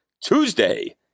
Tuesday